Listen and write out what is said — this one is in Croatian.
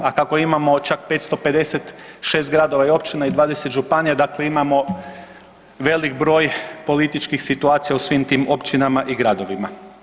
A kako imamo čak 556 gradova i općina i 20, županija, dakle imamo velik broj političkih situacija u svim tim općinama i gradovima.